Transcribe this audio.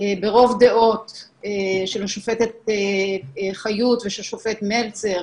ברוב דעות של השופטת חיות ושל השופט מלצר,